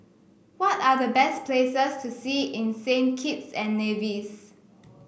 what are the best places to see in Saint Kitts and Nevis